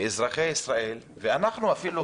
ואזרחי ישראל ואפילו אנחנו,